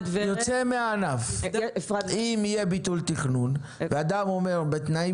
אם יהיה ביטול תכנון ואדם אומר שבתנאים